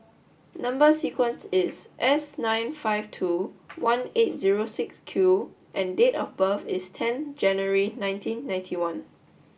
number sequence is S nine five two one eight zero six Q and date of birth is ten January nineteen ninety one